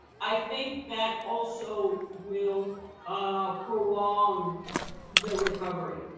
i think that also will prolong the recovery.